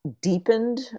deepened